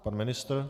Pan ministr?